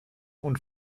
und